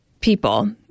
people